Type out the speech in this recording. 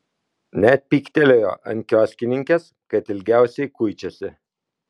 net pyktelėjo ant kioskininkės kad ilgiausiai kuičiasi